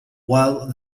while